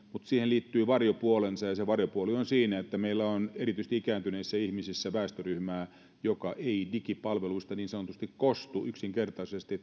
siihen liittyy varjopuolensa ja se varjopuoli on siinä että meillä on erityisesti ikääntyneissä ihmisissä väestöryhmää joka ei digipalveluista niin sanotusti kostu yksinkertaisesti